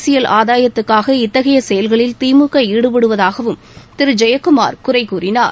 அரசியில் ஆதாயத்துக்காக இத்தகைய செயல்களில் திமுக ஈடுபடுவதாகவும் திரு ஜெயக்குமார் குறை கூறினார்